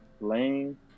lane